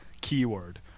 keyword